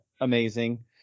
amazing